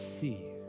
see